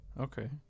Okay